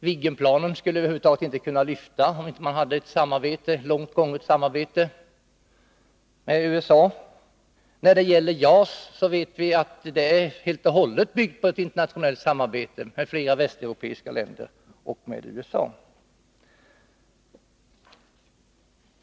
Viggenplanen skulle över huvud taget inte ha kunnat lyfta, om man inte hade ett långt gånget samarbete med USA. När det gäller JAS vet vi att det helt och hållet bygger på ett internationellt samarbete med västeuropeiska länder och USA.